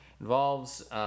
involves